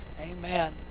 amen